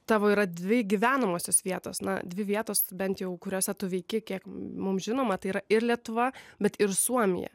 tavo yra dvi gyvenamosios vietos na dvi vietos bent jau kuriose tu veiki kiek mums žinoma tai yra ir lietuva bet ir suomija